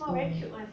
mm